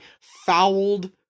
fouled